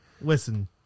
Listen